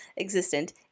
existent